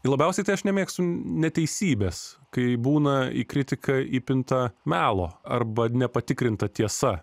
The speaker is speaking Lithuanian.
ir labiausiai tai aš nemėgstu neteisybės kai būna į kritiką įpinta melo arba nepatikrinta tiesa